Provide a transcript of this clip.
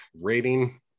rating